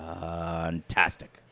fantastic